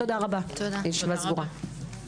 תודה רבה, הישיבה סגורה.